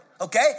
Okay